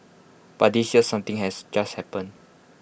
but this year something has just happened